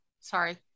sorry